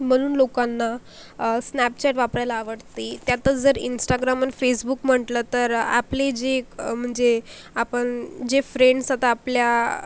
म्हणून लोकांना स्नॅपचॅट वापरायला आवडते त्यातच जर इंस्टाग्राम आणि फेसबुक म्हटलं तर आपले जे म्हणजे आपण जे फ्रेंड्स आता आपल्या